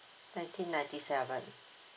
nineteen ninety seven